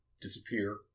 disappear